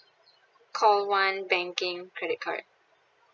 call one banking credit card